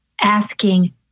asking